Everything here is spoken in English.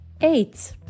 Eight